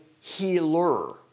healer